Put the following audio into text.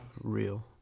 real